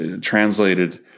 translated